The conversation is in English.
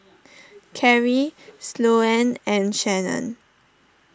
Karri Sloane and Shanon